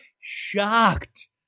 shocked